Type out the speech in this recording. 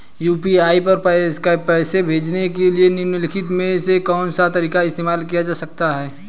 UPI पर पैसे भेजने के लिए निम्नलिखित में से कौन सा तरीका इस्तेमाल किया जा सकता है?